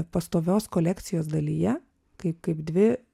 pastovios kolekcijos dalyje kaip kaip dvi